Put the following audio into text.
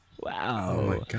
wow